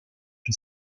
che